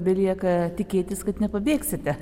belieka tikėtis kad nepabėgsite